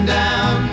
down